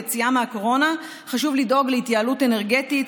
היציאה מהקורונה חשוב לדאוג להתייעלות אנרגטית,